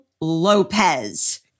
Lopez